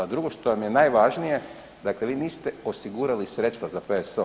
A drugo što vam je najvažnije dakle, vi niste osigurali sredstva za PSO.